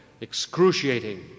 excruciating